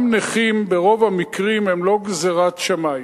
גם נכים ברוב המקרים הם לא גזירת שמים,